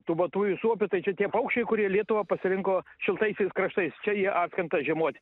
tūbuotųjų suopių tai čia tie paukščiai kurie lietuvą pasirinko šiltaisiais kraštais čia jie atskrenta žiemot